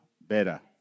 better